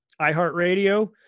iHeartRadio